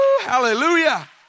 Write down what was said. hallelujah